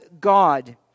God